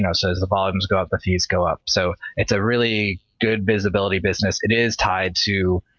you know so, as the volumes go up, the fees go up. so it's a really good visibility business. it is tied to,